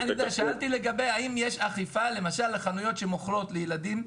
האם יש אכיפה למשל לחנויות שמוכרות לילדים?